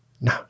No